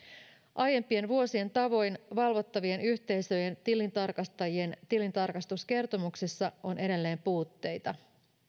aiempien vuosien tavoin valvottavien yhteisöjen tilintarkastajien tilintarkastuskertomuksissa on edelleen puutteita